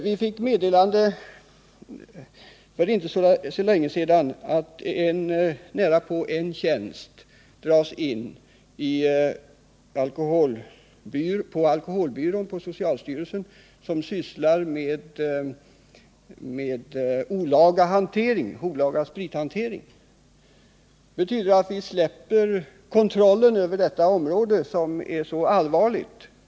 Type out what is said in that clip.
Vi fick för inte så länge sedan meddelande om att närapå en tjänst dras in på den byrå på socialstyrelsen som sysslar med frågor rörande olaga sprithantering. Det betyder att vi släpper kontrollen över detta område som är så allvarligt.